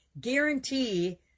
guarantee